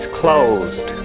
closed